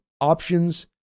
options